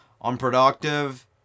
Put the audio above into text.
unproductive